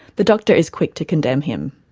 the doctor is quick to condemn him.